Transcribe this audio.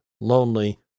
lonely